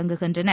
தொடங்குகின்றன